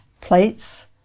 plates